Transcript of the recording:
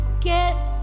get